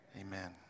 amen